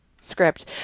script